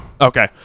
okay